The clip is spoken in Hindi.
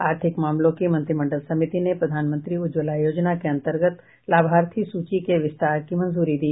आर्थिक मामलों की मंत्रिमंडल समिति ने प्रधानमंत्री उज्ज्वला योजना के अंतर्गत लाभार्थी सूची के विस्तार की मंजूरी दी